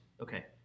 Okay